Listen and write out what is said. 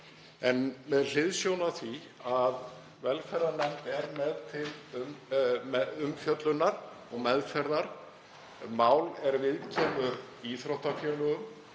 En með hliðsjón af því að velferðarnefnd er með til umfjöllunar og meðferðar mál er viðkemur íþróttafélögum